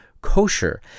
Kosher